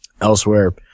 elsewhere